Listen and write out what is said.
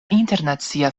internacia